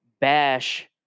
bash